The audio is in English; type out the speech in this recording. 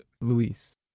Luis